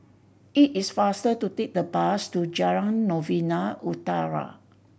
it is faster to take the bus to Jalan Novena Utara